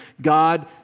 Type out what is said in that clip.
God